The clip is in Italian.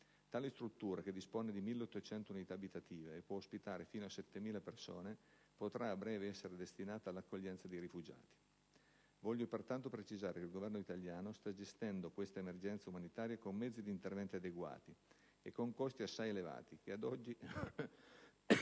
Tale struttura, che dispone di 1.800 unità abitative e può ospitare fino a 7.000 persone, potrà a breve essere destinata all'accoglienza dei rifugiati. Voglio pertanto precisare che il Governo italiano sta gestendo questa emergenza umanitaria con mezzi ed interventi adeguati e con costi assai elevati che, ad oggi,